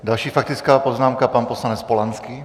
Další faktická poznámka pan poslanec Polanský.